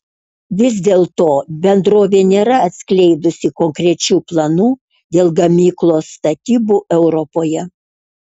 vis dėlto bendrovė nėra atskleidusi konkrečių planų dėl gamyklos statybų europoje